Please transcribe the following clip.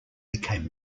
became